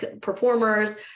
performers